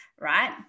right